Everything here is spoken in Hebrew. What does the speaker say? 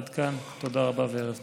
עד כאן, תודה רבה וערב טוב.